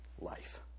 Life